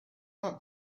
not